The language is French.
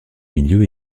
milieux